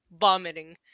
vomiting